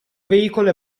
veicolo